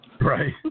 right